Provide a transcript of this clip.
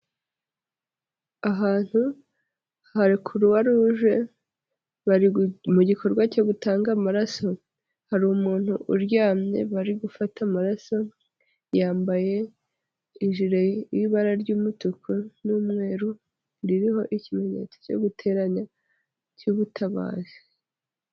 Ahantu hari Croix Rouge, bari mu gikorwa cyo gutanga amaraso, hari umuntu uryamye, bari gufata amaraso, yambaye ijire y'ibara ry'umutuku n'umweru, ririho ikimenyetso cyo guteranya cy'ubutabazi.